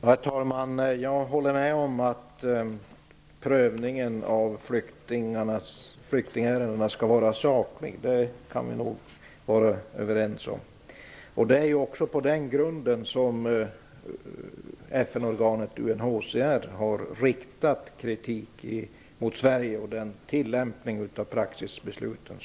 Herr talman! Jag håller med om att prövningen av flyktingärendena skall vara saklig. Det kan vi nog vara överens om. Det är också på den grunden som FN-organet UNHCR har riktat kritik mot Sverige när det gäller tillämpningen av praxis.